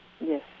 Yes